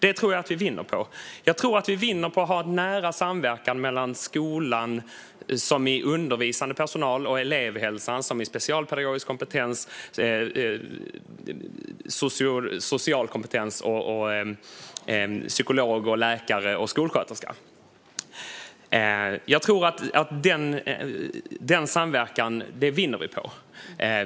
Det tror jag att vi vinner på. Jag tror att vi vinner på att ha nära samverkan mellan skolan - som i undervisande personal - och elevhälsan, innefattande specialpedagogisk kompetens, social kompetens och psykolog, läkare och skolsköterska. Jag tror att vi vinner på denna samverkan.